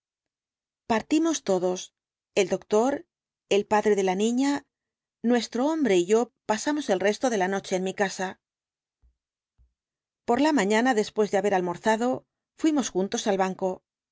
partimos todos el doctor el padre de la niña nuestro hombre y yo pasamos el resto de la noche en mi casa por la mañana historia de la puerta después de haber almorzado fuimos juntos al banco